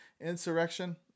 insurrection